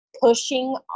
pushing